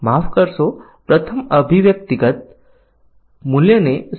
પરંતુ તે પહેલાં આ વિશે કેટલીક ખૂબ જ સરળ વિભાવનાઓ જોવાનો પ્રયાસ કરીએ